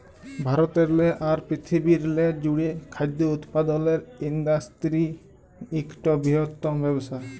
ভারতেরলে আর পিরথিবিরলে জ্যুড়ে খাদ্য উৎপাদলের ইন্ডাসটিরি ইকট বিরহত্তম ব্যবসা